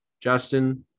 justin